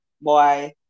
boy